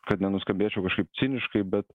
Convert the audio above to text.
kad nenuskambėčiau kažkaip ciniškai bet